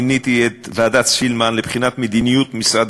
מיניתי את ועדת סילמן לבחינת מדיניות משרד